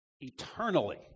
eternally